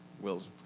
Will's